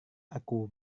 aku